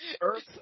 Earth